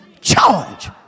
charge